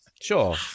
sure